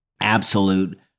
absolute